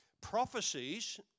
Prophecies